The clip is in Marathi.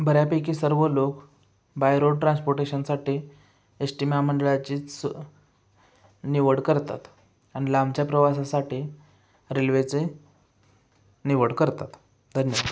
बऱ्यापैकी सर्व लोक बाय रोड ट्रान्सपोर्टेशनसाठी एस टी महामंडळाचीच निवड करतात आणि लांबच्या प्रवासासाठी रेल्वेचे निवड करतात धन्यवाद